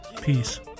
Peace